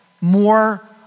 more